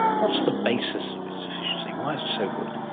what's the basis of its efficiency? why is it so good?